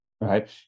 Right